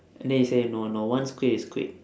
and then she say no no once quit is quit